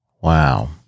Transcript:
Wow